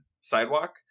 sidewalk